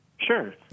Sure